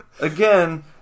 Again